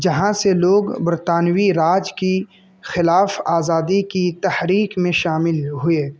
جہاں سے لوگ برطانوی راج کی خلاف آزادی کی تحریک میں شامل ہوئے